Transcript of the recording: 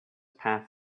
path